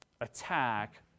attack